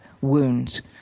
wounds